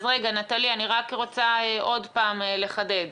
אוקיי, נטלי, אני רק רוצה עוד פעם לחדד.